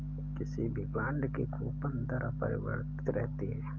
किसी भी बॉन्ड की कूपन दर अपरिवर्तित रहती है